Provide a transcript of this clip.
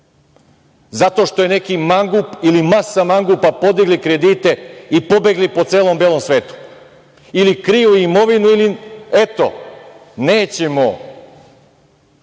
zato što je neki mangup ili masa mangupa podigla kredite i pobegla po celom belom svetu, ili kriju imovinu, ili, eto nećemo